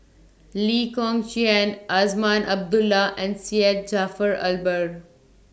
Lee Kong Chian Azman Abdullah and Syed Jaafar Albar